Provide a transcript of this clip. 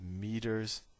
meters